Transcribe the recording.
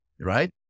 right